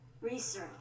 Research